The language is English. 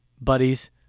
buddies